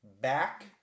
back